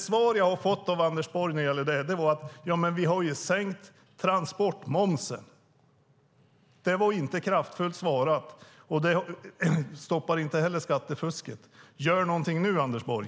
Det svar jag har fått av Anders Borg är: Ja, men vi har ju sänkt transportmomsen. Det var inte kraftfullt svarat, och det stoppar inte heller skattefusket. Gör någonting nu, Anders Borg!